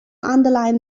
underline